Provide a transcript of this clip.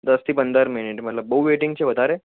દસથી પંદર મિનિટ મતલબ બહુ વેટિંગ છે વધારે